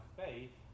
faith